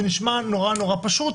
זה נשמע נורא נורא פשוט,